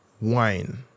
Wine